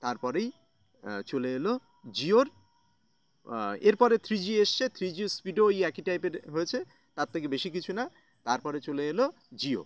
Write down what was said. তারপরেই চলে এলো জিওর এরপরে থ্রি জি এসেছে থ্রি জি স্পিডও এই একই টাইপের হয়েছে তার থেকে বেশি কিছু না তারপরে চলে এলো জিও